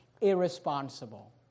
Irresponsible